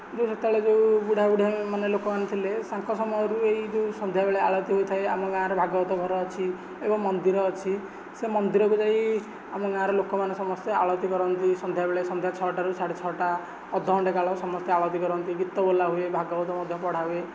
ଯେଉଁ ସେତେବେଳେ ଯେଉଁ ବୁଢା ବୁଢ଼ୀ ଲୋକମାନେ ଥିଲେ ତାଙ୍କ ସମୟରୁ ଏହି ଯେଉଁ ସନ୍ଧ୍ୟା ବେଳେ ଆଳତି ହୋଇଥାଏ ଆମ ଗାଁରେ ଭାଗବତ ଘର ଅଛି ଏବଂ ମନ୍ଦିର ଅଛି ସେ ମନ୍ଦିରକୁ ଯାଇ ଆମ ଗାଁର ଲୋକମାନେ ସମସ୍ତେ ଆଳତି କରନ୍ତି ସନ୍ଧ୍ୟାବେଳେ ସନ୍ଧ୍ୟା ଛଅଟାରୁ ସାଢ଼େ ଛଅଟା ଅଧଘଣ୍ଟେ କାଳ ସମସ୍ତେ ଆଳତି କରନ୍ତି ଗୀତ ବୋଲାହୁଏ ଭାଗବତ ମଧ୍ୟ ପଢ଼ାହୁଏ